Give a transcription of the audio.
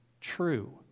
true